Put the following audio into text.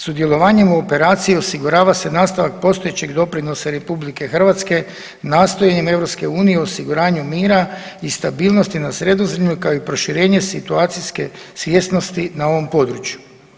Sudjelovanjem u operaciji osigurava se nastavak postojećeg doprinosa RH nastojanjem EU u osiguranju mira i stabilnosti na Sredozemlju kao i proširenju situacijske svjesnosti na ovom području.